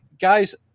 guys